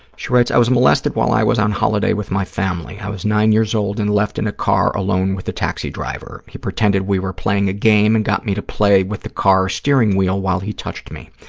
she writes, i was molested while i was on holiday with my family. i was nine years old and left in a car alone with a taxi driver. he pretended we were playing a game and got me to play with the car steering wheel while he touched me.